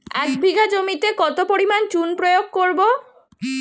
এক বিঘা জমিতে কত পরিমাণ চুন প্রয়োগ করব?